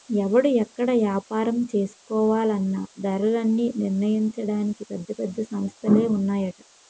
ఎవడు ఎక్కడ ఏపారం చేసుకోవాలన్నా ధరలన్నీ నిర్ణయించడానికి పెద్ద పెద్ద సంస్థలే ఉన్నాయట